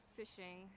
fishing